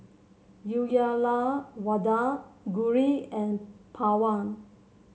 Uyyalawada Gauri and Pawan